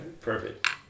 Perfect